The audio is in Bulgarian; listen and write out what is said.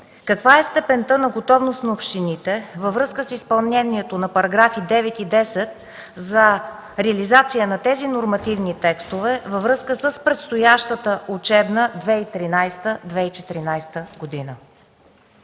Каква е степента на готовност на общините във връзка с изпълнение на параграфи 9 и 10 за реализация на тези нормативни текстове във връзка с предстоящата учебна 2013-2014 г.?